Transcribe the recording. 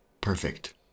perfect